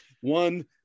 one